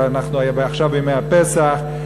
אנחנו עכשיו בימי הפסח.